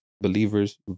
believers